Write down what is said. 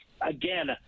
Again